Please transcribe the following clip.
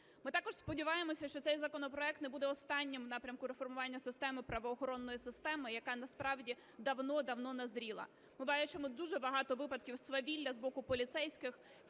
Ми також сподіваємося, що цей законопроект не буде останнім у напрямку реформування системи правоохоронної системи, яка насправді давно-давно назріла. Ми бачимо дуже багато випадків свавілля з боку поліцейських,